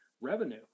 revenue